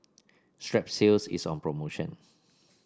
Strepsils is on promotion